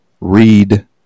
read